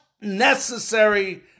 necessary